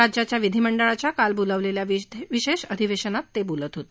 राज्याच्या विधीमंडळाच्या काल बोलावलेल्या विशेष अधिवेशनात ते बोलत होते